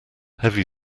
heavy